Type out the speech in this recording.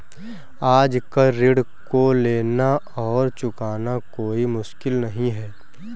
आजकल ऋण को लेना और चुकाना कोई मुश्किल नहीं है